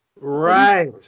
Right